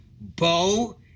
Bo